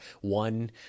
one